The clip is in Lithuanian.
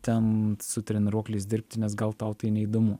ten su treniruokliais dirbti nes gal tau tai neįdomu